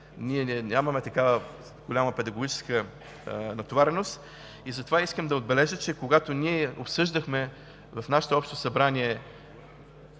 нямаме такава голяма педагогическа натовареност и затова искам да отбележа, че когато обсъждахме в нашето общо събрание